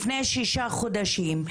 לפני שישה חודשים,